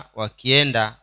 wakienda